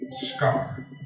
scar